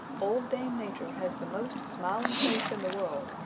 old dame nature has the most smiling face in the world,